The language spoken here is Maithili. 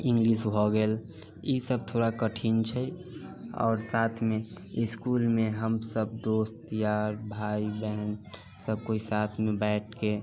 इंग्लिश भऽ गेल ई सभ थोड़ा कठिन छै आओर साथमे इसकुलमे हम सभ दोस्त यार भाय बहन सभ कोइ साथमे बैठके